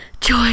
joy